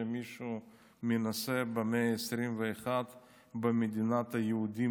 שמישהו מנסה במאה ה-21 במדינת היהודים